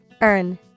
Earn